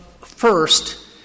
first